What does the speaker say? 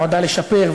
נועדה לשפר,